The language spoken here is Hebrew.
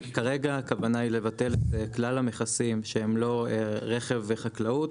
כרגע הכוונה היא לבטל את כלל המכסים שהם לא רכב וחקלאות.